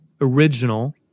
original